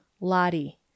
Lottie